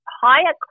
higher